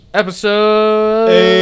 episode